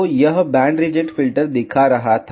तो यह band reject filter दिखा रहा था